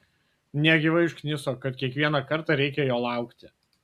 negyvai užkniso kad kiekvieną kartą reikia jo laukt